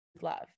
love